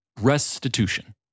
restitution